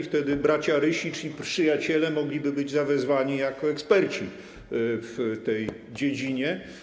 Wtedy bracia Rysicz i przyjaciele mogliby być zawezwani jako eksperci w tej dziedzinie.